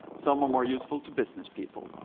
some are more useful to business people.